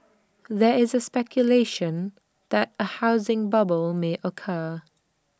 there is speculation that A housing bubble may occur